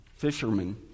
fishermen